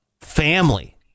family